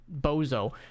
bozo